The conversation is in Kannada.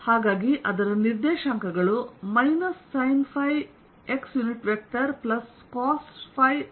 ಆದ್ದರಿಂದ ಅದರ ನಿರ್ದೇಶಾಂಕಗಳು ಮೈನಸ್ sinϕ x ಪ್ಲಸ್cosϕ yಆಗಿರುತ್ತದೆ